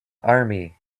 army